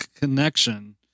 connection